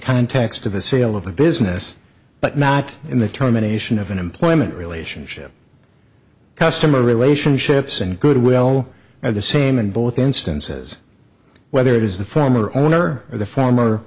context of a sale of a business but not in the terminations of an employment relationship customer relationships and goodwill are the same in both instances whether it is the former owner or the former